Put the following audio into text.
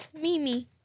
Mimi